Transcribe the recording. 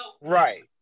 right